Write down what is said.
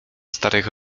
starych